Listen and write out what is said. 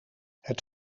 het